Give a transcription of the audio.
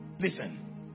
Listen